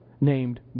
named